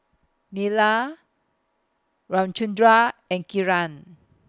Neila Ramchundra and Kiran